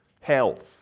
health